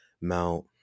Mount